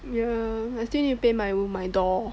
yeah I still need to paint my room my door